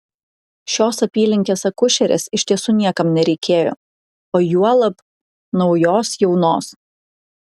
šios apylinkės akušerės iš tiesų niekam nereikėjo o juolab naujos jaunos